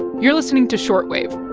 you're listening to short wave